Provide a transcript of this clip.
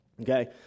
okay